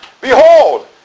Behold